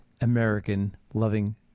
American-loving